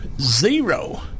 zero